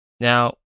Now